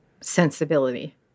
sensibility